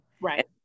Right